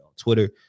Twitter